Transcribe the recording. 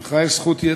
לך יש זכות יתר.